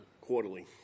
Quarterly